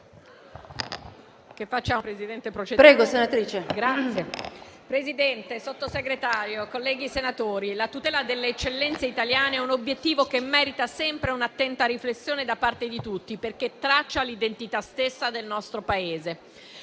Presidente, Sottosegretario, colleghi senatori, la tutela delle eccellenze italiane è un obiettivo che merita sempre un'attenta riflessione da parte di tutti, perché traccia l'identità stessa del nostro Paese.